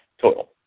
total